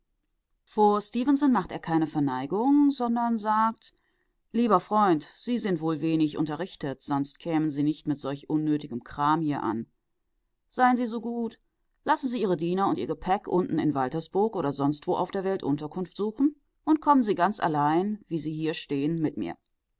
vor stefenson macht er keine verneigung sondern sagt lieber freund sie sind wohl wenig unterrichtet sonst kämen sie nicht mit solch unnötigem kram hier an seien sie so gut lassen sie ihre diener und ihr gepäck unten in waltersburg oder sonstwo auf der welt unterkunft suchen und kommen sie ganz allein wie sie hier stehen mit mir